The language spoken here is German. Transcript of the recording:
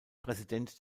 präsident